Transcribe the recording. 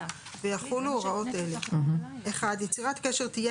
ויחולו הוראות אלה: (1)יצירת קשר תהיה